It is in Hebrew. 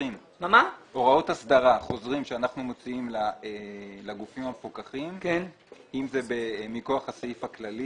חוזרים שאנחנו מוציאים לגופים המפוקחים אם זה מכוח הסעיף הכללי